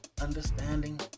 understanding